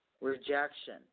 Rejection